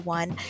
one